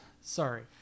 Sorry